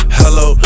hello